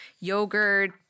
yogurt